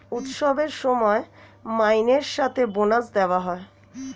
উৎসবের সময় মাইনের সাথে বোনাস দেওয়া হয়